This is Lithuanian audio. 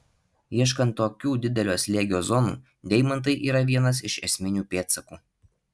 ieškant tokių didelio slėgio zonų deimantai yra vienas iš esminių pėdsakų